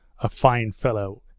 a fine fellow!